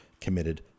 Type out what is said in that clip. committed